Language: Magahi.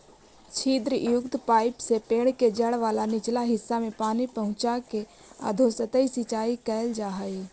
छिद्रयुक्त पाइप से पेड़ के जड़ वाला निचला हिस्सा में पानी पहुँचाके अधोसतही सिंचाई कैल जा हइ